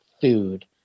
food